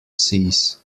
seas